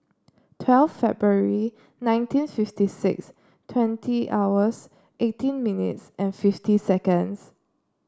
twelfth February nineteen fifty six twenty hours eighteen minutes and fifty seconds